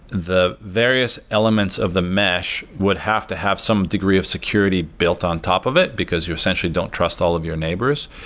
the various elements of the mesh would have to have some degree of security built on top of it, because you essentially don't trust all of your neighbors.